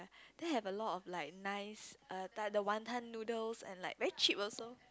there have a lot of like nice err Thai the wanton noodles and like very cheap also